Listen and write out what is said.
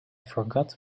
forgot